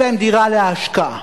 אלא דירה להשקעה.